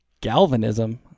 Galvanism